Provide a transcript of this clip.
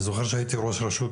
אני זוכר שהייתי ראש רשות,